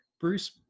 Bruce